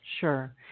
sure